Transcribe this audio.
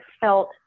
felt